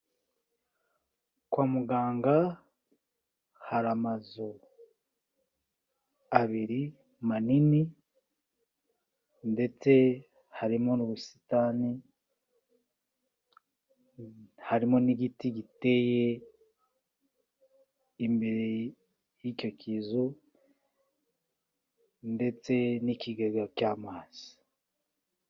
Kwa muganga hari amazu abiri manini, ndetse harimo n'ubusitani, harimo n'igiti giteye imbere y'icyo kizu, ndetse n'ikigega cy'amazi.